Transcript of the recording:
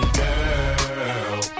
girl